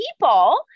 people